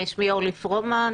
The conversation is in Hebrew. אני אורלי פרומן,